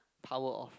power off